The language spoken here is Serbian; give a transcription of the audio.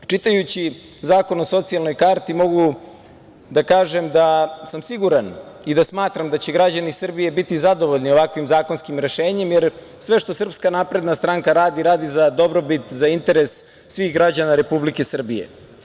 Čitajući zakon o socijalnoj karti, mogu da kažem da sam siguran i da smatram da će građani Srbiji biti zadovoljni ovakvim zakonskim rešenjem jer sve što SNS radi, radi za dobrobit, za interes svih građana Republike Srbije.